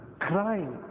Crying